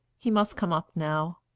he must come up now.